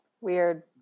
weird